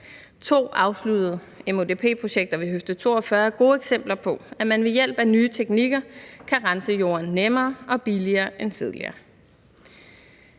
To afsluttede MUDP-projekter ved Høfde 42 er gode eksempler på, at man ved hjælp af nye teknikker kan rense jorden nemmere og billigere end tidligere.